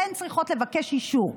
אבל הן צריכות לבקש אישור.